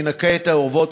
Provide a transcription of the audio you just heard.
והוא ינקה את האורוות,